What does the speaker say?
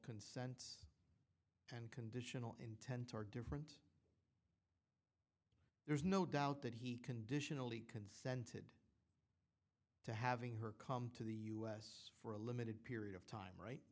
consents conditional intent are different there's no doubt that he conditionally consented to having her come to the u s for a limited period of time right